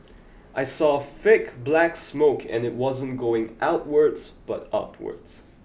I saw a thick black smoke and it wasn't going outwards but upwards